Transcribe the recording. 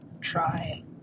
try